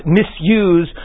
misuse